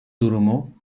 durumu